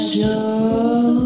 Show